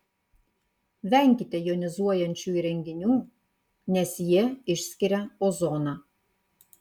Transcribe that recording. venkite jonizuojančių įrenginių nes jie išskiria ozoną